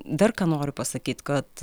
dar ką noriu pasakyt kad